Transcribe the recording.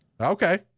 Okay